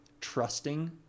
trusting